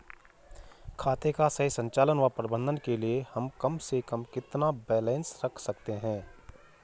खाते का सही संचालन व प्रबंधन के लिए हम कम से कम कितना बैलेंस रख सकते हैं?